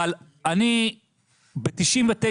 אבל אני ב-99.9%,